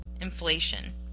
inflation